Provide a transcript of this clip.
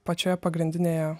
pačioje pagrindinėje